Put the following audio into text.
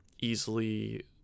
easily